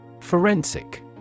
Forensic